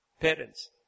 parents